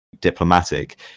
Diplomatic